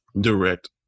direct